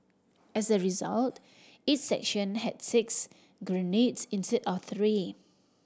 as a result each section had six grenades instead of three